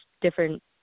different